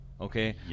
okay